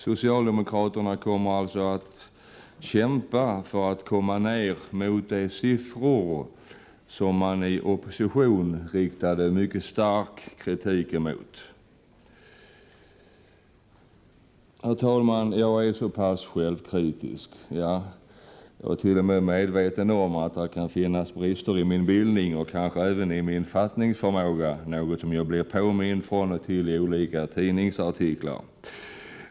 Socialdemokraterna kommer alltså att kämpa för att komma ned mot de siffror som man i opposition riktade mycket stark kritik emot. Jag är så pass självkritisk att jag är medveten om att det kan finnas brister i min bildning och kanske även i min fattningsförmåga — något som jag blir påmind om till och från i olika tidningsartiklar.